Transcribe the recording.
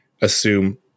assume